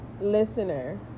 listener